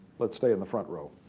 let's stay in the front row.